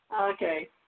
Okay